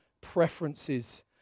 preferences